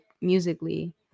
musically